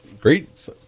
great